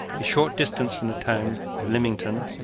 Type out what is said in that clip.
a short distance from the town of lymington,